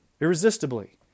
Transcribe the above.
irresistibly